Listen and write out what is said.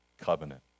covenant